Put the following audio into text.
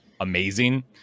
amazing